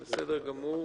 בסדר גמור.